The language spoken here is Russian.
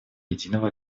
единого